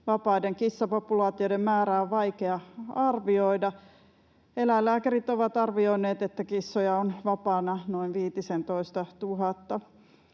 Vapaiden kissapopulaatioiden määrää on vaikea arvioida. Eläinlääkärit ovat arvioineet, että kissoja on vapaana noin